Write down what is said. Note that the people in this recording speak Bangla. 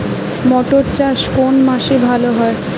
মটর চাষ কোন মাসে ভালো হয়?